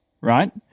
right